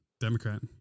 Democrat